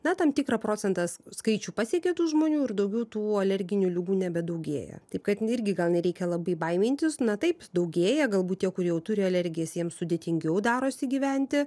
na tam tikrą procentas skaičių pasiekė tų žmonių ir daugiau tų alerginių ligų nebedaugėja taip kad irgi gal nereikia labai baimintis na taip daugėja galbūt tie kurie jau turi alergijas jiems sudėtingiau darosi gyventi